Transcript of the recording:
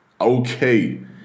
okay